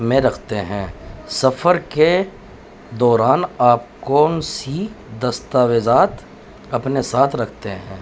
میں رکھتے ہیں سفر کے دوران آپ کون سی دستاویزات اپنے ساتھ رکھتے ہیں